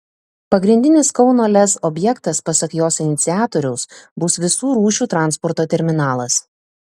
pagrindinis kauno lez objektas pasak jos iniciatoriaus bus visų rūšių transporto terminalas